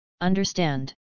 understand